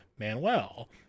Manuel